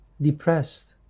depressed